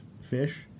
fish